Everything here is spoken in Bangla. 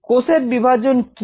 কোষের বিভাজন কি